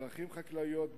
דרכים חקלאיות,